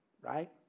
Right